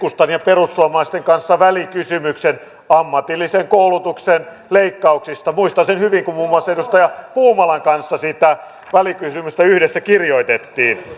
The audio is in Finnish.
keskustan ja perussuomalaisten kanssa välikysymyksen ammatillisen koulutuksen leikkauksista muistan sen hyvin kun muun muassa edustaja puumalan kanssa sitä välikysymystä yhdessä kirjoitimme